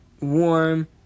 warm